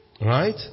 Right